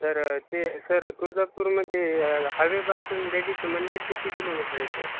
sir ते sir तुळजापूरमध्ये हायवेपासून देवीचं मंदिर किती किलोमिटर येतं आहे